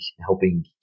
helping